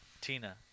Tina